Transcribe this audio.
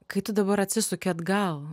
kai tu dabar atsisuki atgal